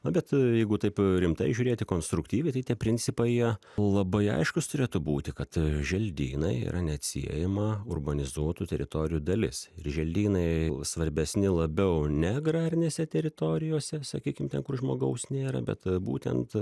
na bet jeigu taip rimtai žiūrėti konstruktyviai tai tie principai jie labai aiškūs turėtų būti kad želdynai yra neatsiejama urbanizuotų teritorijų dalis ir želdynai svarbesni labiau ne agrarinėse teritorijose sakykim ten kur žmogaus nėra bet būtent